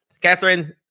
Catherine